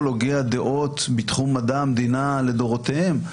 הוגי דעות בתחום מדע המדינה לדורותיהם,